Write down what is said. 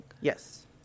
Yes